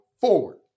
forward